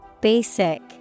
Basic